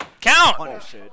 Count